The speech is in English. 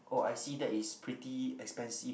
oh I see that is pretty expensive